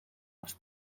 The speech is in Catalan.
els